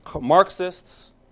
marxists